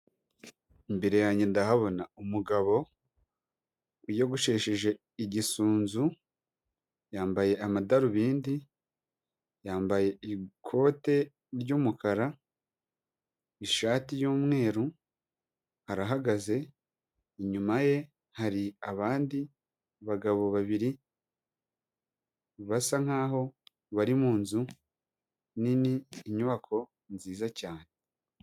Imbere yanjye ndahabona umugabo wiyogoshesheje igisunzu, yambaye amadarubindi, yambaye ikote ry'umukara, ishati y'umweru arahagaze, inyuma ye hari abandi bagabo babiri basa nk'aho bari mu nzu nini, inyubako nziza cyane